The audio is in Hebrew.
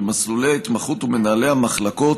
ומסלולי ההתמחות ומנהלי המחלקות